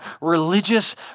religious